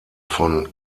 von